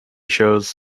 shows